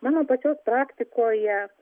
mano pačios praktikoje